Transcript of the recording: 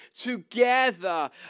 together